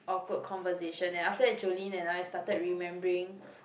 awkward conversation eh after that Jolene and I started remembering